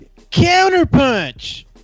Counterpunch